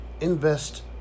Invest